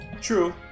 True